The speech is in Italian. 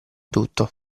tutto